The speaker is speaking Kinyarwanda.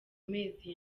mezi